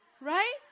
Right